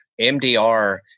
MDR